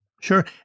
Sure